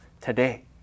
today